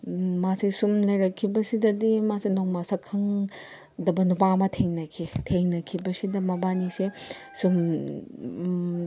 ꯃꯥꯁꯦ ꯁꯨꯝ ꯂꯩꯔꯛꯈꯤꯕꯁꯤꯗꯗꯤ ꯃꯥꯁꯦ ꯅꯣꯡꯃ ꯁꯛꯈꯪꯗꯕ ꯅꯨꯄꯥ ꯑꯃ ꯊꯦꯡꯅꯈꯤ ꯊꯦꯡꯅꯈꯤꯕꯁꯤꯗ ꯃꯕꯥꯟꯅꯤꯁꯦ ꯁꯨꯝ